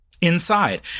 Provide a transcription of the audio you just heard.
Inside